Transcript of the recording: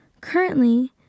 Currently